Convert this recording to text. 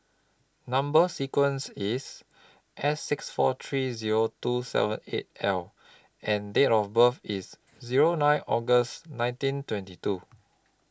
Number sequence IS S six four three Zero two seven eight L and Date of birth IS Zero nine August nineteen twenty two